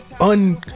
un